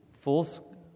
full